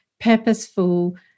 purposeful